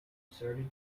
asserted